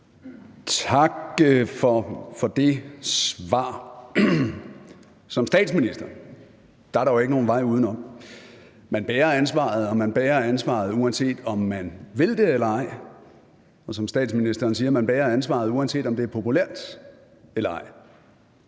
Tak for det svar. Som statsminister er der jo ikke nogen vej udenom. Man bærer ansvaret, og man bærer ansvaret, uanset om man vil det eller ej, og som statsministeren siger, bærer man ansvaret, uanset om det er populært eller ej.